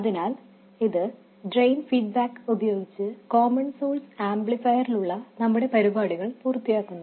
അതിനാൽ അത് drain feedback ഉപയോഗിച്ച് കോമൺ സോഴ്സ് ആംപ്ലിഫയറിലുള്ള നമ്മുടെ പരുപാടികൾ പൂർത്തിയാക്കുന്നു